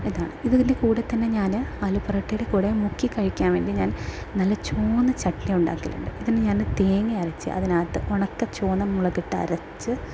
ഇതാണ് ഇതിൽ കൂടി തന്നെ ഞാൻ ആലു പൊറോട്ടയുടെ കൂടെ മുക്കി കഴിക്കാൻ ഞാൻ നല്ല ചുവന്ന ചട്നി ഉണ്ടാക്കിയിട്ടുണ്ട് ഇതിനു ഞാൻ തേങ്ങ അരച്ച് അതിനകത്ത് ഉണക്ക ചുമന്ന മുളകിട്ടരച്ച്